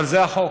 אבל זה החוק,